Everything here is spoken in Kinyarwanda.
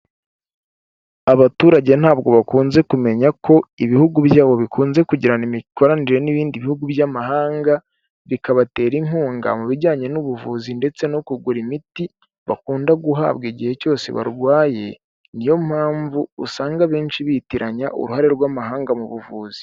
Abaturage ntabwo bakunze kumenya ko ibihugu byabo bikunze kugirana imikoranire n'ibindi bihugu by'amahanga, bikabatera inkunga mu bijyanye n'ubuvuzi ndetse no kugura imiti, bakunda guhabwa igihe cyose barwaye, niyo mpamvu usanga abenshi bitiranya uruhare rw'amahanga mu buvuzi.